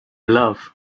love